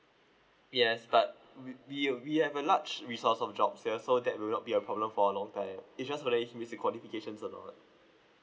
yes but we we we have a large resource of jobs here so that will not be a problem for a long time it's just manage missing qualifications and all that